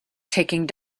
taking